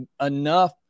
enough